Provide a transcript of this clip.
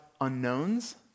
unknowns